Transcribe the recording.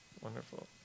Wonderful